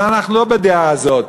אבל אנחנו לא בדעה הזאת.